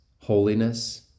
holiness